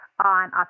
on